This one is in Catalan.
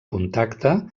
contacte